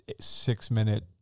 six-minute